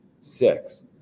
six